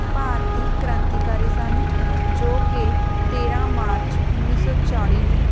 ਭਾਰਤੀ ਕ੍ਰਾਂਤੀਕਾਰੀ ਸਨ ਜੋ ਕਿ ਤੇਰਾਂ ਮਾਰਚ ਉੱਨੀ ਸੌ ਚਾਲੀ ਨੂੰ